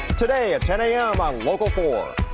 today at ten a m. on local four.